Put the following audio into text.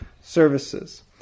services